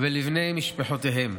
ובני משפחותיהם.